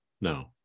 No